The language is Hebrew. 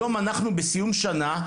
היום אנחנו נמצאים בסיום השנה,